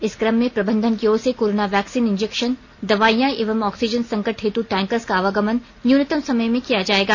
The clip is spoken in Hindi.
इस क्रम में प्रबंधन की ओर से कोरोना वैक्सीन इंजैक्शन दवाईयां एवं ऑक्सीजन संकट हेतू टैंकर्स का आवागमन न्यूनतम समय में किया जाएगा